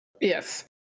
Yes